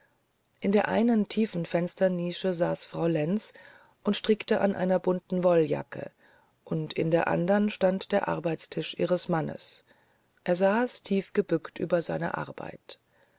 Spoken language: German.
in der einen tiefen fensternische saß frau lenz und strickte an einer bunten wolljacke und in der anderen stand der arbeitstisch ihres mannes er saß tiefgebückt über seiner arbeit